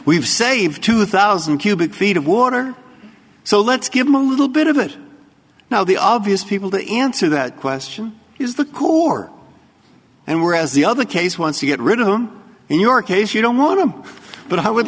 we've saved two thousand cubic feet of water so let's give them a little bit of it now the obvious people to answer that question is the core and were as the other case once you get rid of them in your case you don't want to but i would